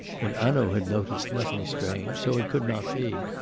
but hanaud had noticed nothing strange so it could not be.